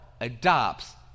adopts